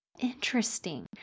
interesting